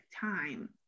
time